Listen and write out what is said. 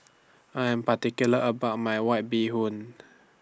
I Am particular about My White Bee Hoon